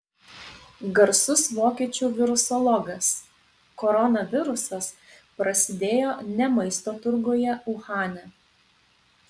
garsus vokiečių virusologas koronavirusas prasidėjo ne maisto turguje uhane